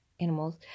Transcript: animals